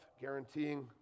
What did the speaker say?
guaranteeing